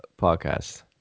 podcast